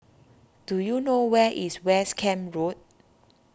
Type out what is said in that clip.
do you know where is West Camp Road